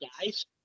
guys